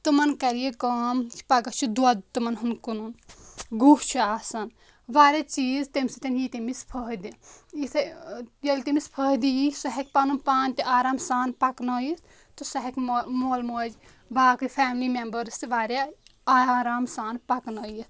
تمَن کَرِ یہِ کٲم پَگہہ چھُ دۄد تِمَن ہُنٛد کٕنُن گُہہ چھُ آسان واریاہ چیٖز تٔمۍ سۭتۍ یی تٔمِس فٲیدٕ یِتھٕے ییٚلہِ تٔمِس فٲیدٕ یی سُہ ہیٚکہِ پَنُن پان تہِ آرام سان پَکنٲیِتھ تہٕ سۄ ہیٚکہِ مو مول موج باقٕے فیملی مٮ۪مبٕرٕز تہِ واریاہ آرام سان پَکنٲیِتھ